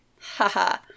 Haha